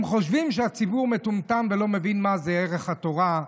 הם חושבים שהציבור מטומטם ולא מבין מה זה ערך התורה,